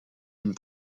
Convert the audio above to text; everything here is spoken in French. une